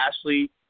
Ashley